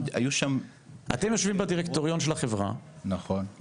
אתם יושבים בדירקטוריון של החברה, נכון?